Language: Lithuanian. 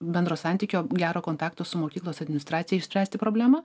bendro santykio gero kontakto su mokyklos administracija išspręsti problemą